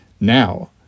Now